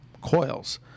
coils